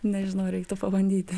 nežinau reiktų pabandyti